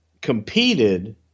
competed